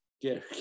get